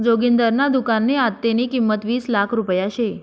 जोगिंदरना दुकाननी आत्तेनी किंमत वीस लाख रुपया शे